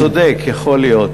אתה צודק, יכול להיות.